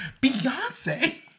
Beyonce